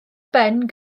ben